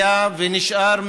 היה ונשאר,